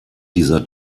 dieser